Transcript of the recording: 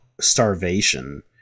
starvation